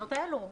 בתקנות האלה.